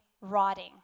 rotting